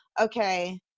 okay